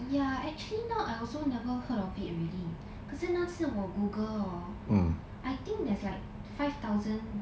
ya actually now I also never heard of it already 可是那次我 Google hor I think there's like five thousand